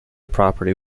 property